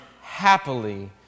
happily